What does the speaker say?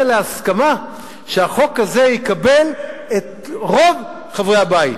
להסכמה שהחוק הזה יקבל את רוב חברי הבית.